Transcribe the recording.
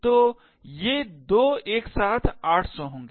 तो ये 2 एक साथ 800 होंगे